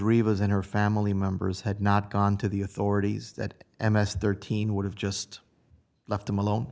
reeva's and her family members had not gone to the authorities that m s thirteen would have just left them alone